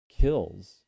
kills